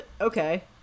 Okay